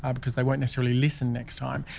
um because they won't necessarily listen next time.